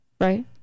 right